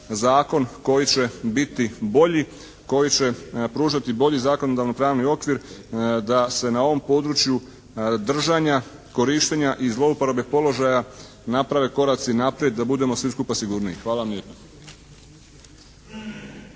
zakon koji će biti bolji, koji će pružati bolji zakonodavno-pravni okvir, da se na ovom području držanja, korištenja i zlouporabe položaja naprave koraci naprijed da budemo svi skupa sigurniji. Hvala vam